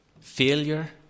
Failure